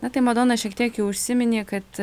na tai madona šiek tiek užsiminei kad